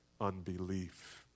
unbelief